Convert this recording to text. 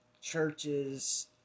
churches